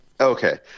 Okay